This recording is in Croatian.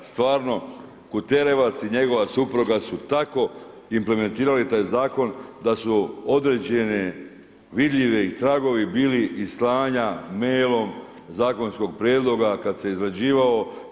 A stvarno Kuterevac i njegova supruga su tako implementirali taj zakon, da su određeni vidljivi tragovi bili i slanja mailom zakonskog prijedloga kad se izrađivao.